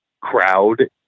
crowd